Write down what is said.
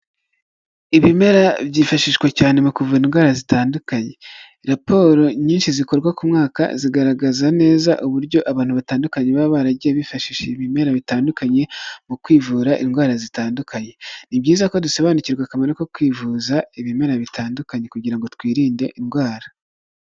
Ibimera byifashishwa cyane mu kuvura indwara zitandukanye, raporo nyinshi zikorwa ku mwaka, zigaragaza neza uburyo abantu batandukanye, baba baragiye bifashisha ibimera bitandukanye mu kwivura indwara zitandukanye, ni byiza ko dusobanukirwa akamaro ko kwivuza ibimera bitandukanye kugira ngo twirinde indwara.